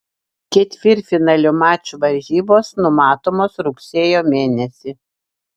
ketvirtfinalio mačų varžybos numatomos rugsėjo mėnesį